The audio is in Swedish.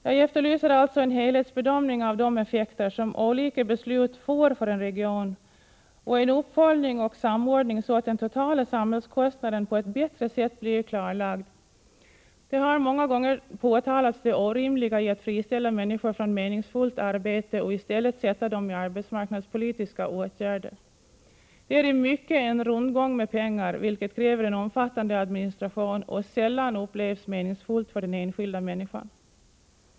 Jag efterlyser alltså en helhetsbedömning av de effekter som olika beslut får för en region och en uppföljning och samordning, så att den totala samhällskostnaden på ett bättre sätt blir klarlagd. Man har många gånger påtalat det orimliga i att friställa människor från meningsfullt arbete och i stället sätta dem i arbetsmarknadspolitiska åtgärder. Det är i mycket en rundgång med pengar, vilket kräver en omfattande administration och som sällan upplevs som meningsfullt för den enskilda människan.